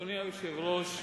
אדוני היושב-ראש,